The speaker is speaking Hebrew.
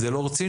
זה לא רציני.